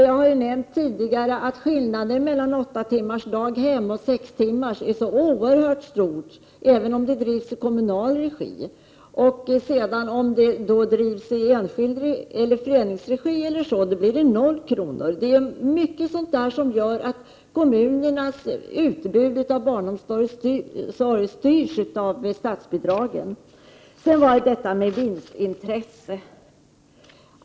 Jag har ju nämnt tidigare att skillnaden mellan åttatimmarsdaghem och sextimmarsdaghem är så oerhört stor, även om de drivs i kommunal regi. Om de drivs i föreningsregi blir det noll kronor. Det är mycket sådant som gör att kommunernas barnomsorgsutbud styrs av statsbidragen. Sedan var det detta med vinstintresset.